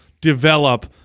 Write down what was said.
develop